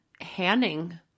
Hanning